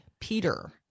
Peter